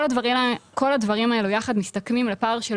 כל הדברים האלו יחד מסתכמים לפער של